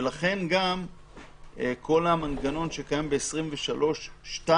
ולכן גם כל המנגנון שקיים בסעיף 23(2)